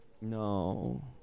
No